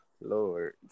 Lord